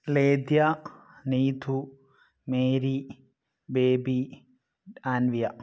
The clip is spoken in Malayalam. ലേദ്യ നീഥു മേരി ബേബി ആൻവിയ